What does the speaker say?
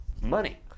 Money